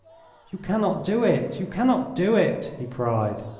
you cannot do it! you cannot do it! he cried.